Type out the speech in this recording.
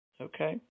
Okay